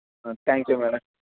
thank you madam